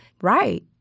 Right